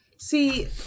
See